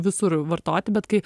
visur vartoti bet kai